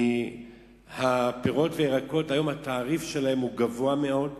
כי הפירות והירקות, היום התעריף שלהם גבוה מאוד.